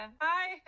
Hi